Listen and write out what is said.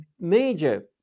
major